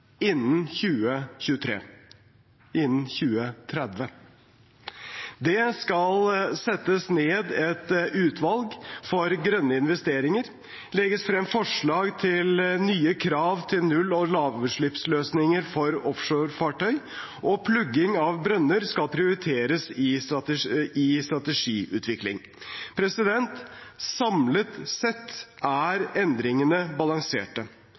innen 2030. Det skal settes ned et utvalg for grønne investeringer og legges frem forslag til nye krav til null- og lavutslippsløsninger for offshorefartøy, og plugging av brønner skal prioriteres i strategiutvikling. Samlet sett er endringene balanserte.